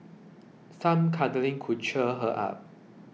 some cuddling could cheer her up